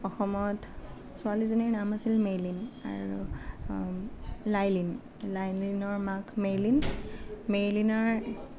অসমত ছোৱালীজনীৰ নাম আছিল মেইলিন আৰু লাইলিন লাইলিনৰ মাক মেইলিন মেইলিনাৰ